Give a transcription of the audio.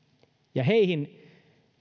ja heihin